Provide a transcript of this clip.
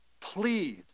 Please